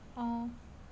oh